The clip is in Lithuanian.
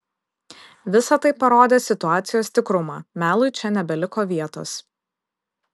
visa tai parodė situacijos tikrumą melui čia nebeliko vietos